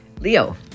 Leo